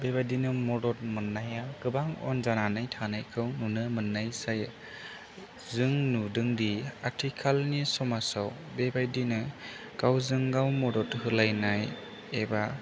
बेबादिनो मदद मोन्नाया गोबां उन जानानै थानायखौ नुनो मोन्नाय जायो जों नुदोंदि आथिखालनि समाजाव बेबायदिनो गावजों गाव मदद होलायनाय एबा